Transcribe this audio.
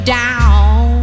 down